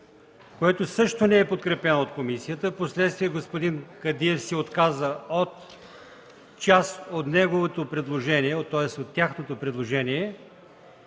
който също не е подкрепен от комисията. Впоследствие господин Кадиев се отказа от част от неговото предложение, тоест от тяхното предложение,